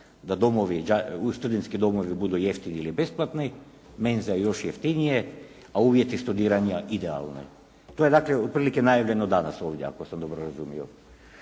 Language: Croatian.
da studentski domovi budu jeftini ili besplatni, menze još jeftinije a uvjeti studiranja idealni. To je dakle otprilike najavljeno danas ovdje ako sam dobro razumio.